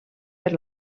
per